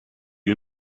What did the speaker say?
you